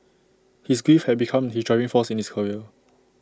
his grief had become his driving force in his career